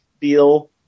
feel